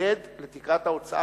להתנגד לתקרת ההוצאה,